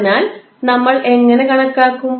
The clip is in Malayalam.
അതിനാൽ നമ്മൾ എങ്ങനെ കണക്കാക്കും